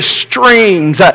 streams